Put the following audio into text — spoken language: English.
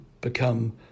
become